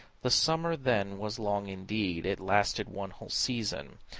the summer then was long indeed it lasted one whole season!